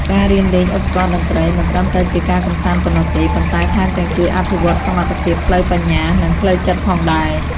ការរៀនលេងឧបករណ៍តន្ត្រីមិនត្រឹមតែជាការកម្សាន្តប៉ុណ្ណោះទេ ប៉ុន្តែថែមទាំងជួយអភិវឌ្ឍសមត្ថភាពផ្លូវបញ្ញា និងផ្លូវចិត្តផងដែរ។